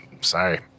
Sorry